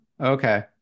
okay